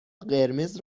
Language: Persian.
قرمز